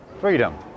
Freedom